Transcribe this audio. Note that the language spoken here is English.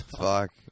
Fuck